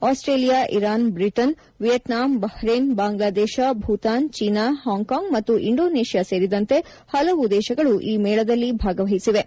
Australia Iran Britain Vietnam Bahrain Bangladesh Bhutan China Hong Kong ಮತ್ತು Indonesia ಸೇರಿದಂತೆ ಹಲವು ದೇಶಗಳು ಈ ಮೇಳದಲ್ಲಿ ಭಾಗವಹಿಸಿವೆ